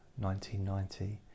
1990